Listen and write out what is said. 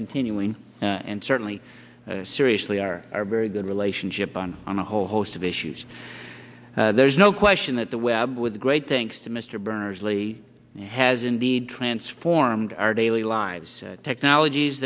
continuing and certainly seriously are our very good relationship on on a whole host of issues there's no question that the web with great thanks to mr berners lee has indeed transformed our daily lives technologies